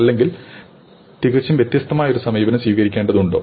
അല്ലെങ്കിൽ തികച്ചും വ്യത്യസ്തമായ ഒരു സമീപനം സ്വീകരിക്കേണ്ടതുണ്ടോ